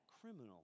criminal